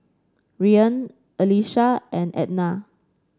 Rian Alesha and Ednah